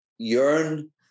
yearn